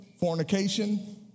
fornication